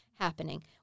happening